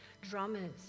drummers